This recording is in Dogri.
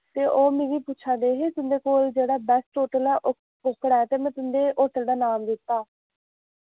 ते ओ मिगी पुच्छा दे हे तुंदे कोल जेह्ड़ा बैस्ट होटल ऐ ओह् कोह्कड़ा ऐ ते मैं तुंदे होटल दा नाम दित्ता